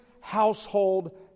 household